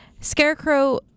scarecrow